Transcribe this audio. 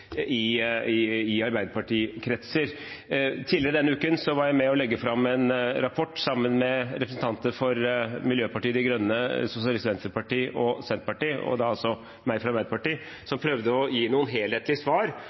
i arbeiderpartikretser. Tidligere i denne uken var jeg med på å legge fram en rapport, sammen med representanter for Miljøpartiet De Grønne, Sosialistisk Venstreparti og Senterpartiet, og altså meg fra Arbeiderpartiet, som prøvde å gi noen helhetlige svar